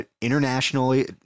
internationally